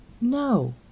No